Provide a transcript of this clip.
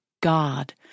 God